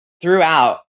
throughout